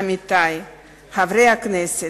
עמיתי חברי הכנסת,